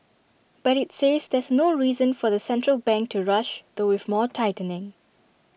but IT says there's no reason for the central bank to rush though with more tightening